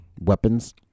weapons